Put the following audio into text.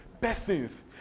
Persons